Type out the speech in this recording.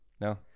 No